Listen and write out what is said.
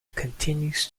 continues